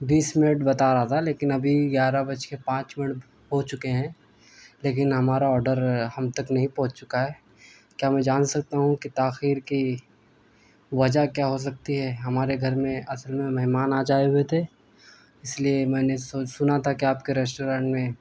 بیس minute بتا رہا تھا لیکن ابھی گیارہ بج کے پانچ منٹ ہو چکے ہیں لیکن ہمارا آڈر ہم تک نہیں پہنچ چکا ہے کیا میں جان سکتا ہوں کہ تاخیر کی وجہ کیا ہو سکتی ہے ہمارے گھر میں اصل میں مہمان آج آئے ہوئے تھے اس لیے میں نے سنا تھا کہ آپ کے ریسٹورنٹ میں